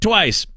Twice